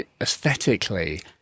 aesthetically